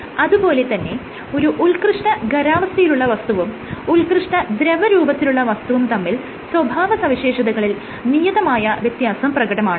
അതുപോലെ തന്നെ ഒരു ഉത്ക്കൃഷ്ട ഖരാവസ്ഥയിലുള്ള വസ്തുവും ഉത്ക്കൃഷ്ട ദ്രവരൂപത്തിലുള്ള വസ്തുവും തമ്മിൽ സ്വഭാവ സവിശേഷതകളിൽ നിയതമായ വ്യത്യാസം പ്രകടമാണ്